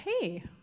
hey